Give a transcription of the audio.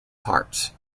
parts